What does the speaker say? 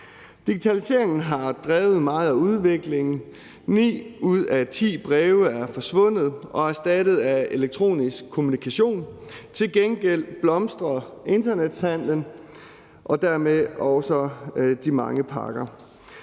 Digitaliseringen har drevet meget af udviklingen. Ni ud af ti breve er forsvundet og erstattet af elektronisk kommunikation, og til gengæld blomstrer internethandelen og dermed også de mange pakker.